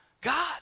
God